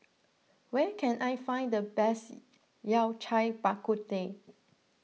where can I find the best Yao Cai Bak Kut Teh